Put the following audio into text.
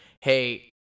Hey